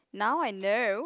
now I know